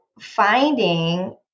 finding